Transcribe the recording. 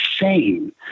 insane